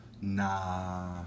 Nah